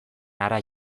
hara